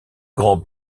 grand